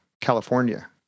california